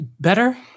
Better